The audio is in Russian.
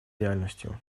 реальностью